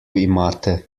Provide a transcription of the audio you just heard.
imate